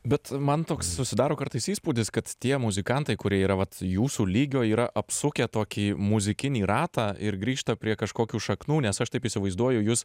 bet man toks susidaro kartais įspūdis kad tie muzikantai kurie yra vat jūsų lygio yra apsukę tokį muzikinį ratą ir grįžta prie kažkokių šaknų nes aš taip įsivaizduoju jus